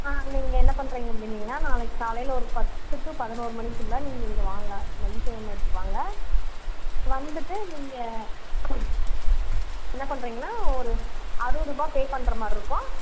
ஆ அது நீங்கள் என்ன பண்ணுறீங்க அப்படினீங்கனா நாளைக்கு காலையில் ஒரு பத்து டு பதினொரு மணிக்குள்ளே நீங்கள் இங்கே வாங்க நம்ம ஈ சேவை மையத்துக்கு வாங்க வந்துவிட்டு நீங்கள் என்ன பண்ணுறீங்கனா ஒரு அறுவதுருவா பே பண்ணுற மாதிரி இருக்கும்